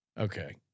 Okay